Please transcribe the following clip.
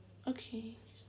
okay